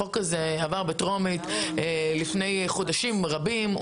החוק הזה עבר בקריאה טרומית לפני חודשים רבים.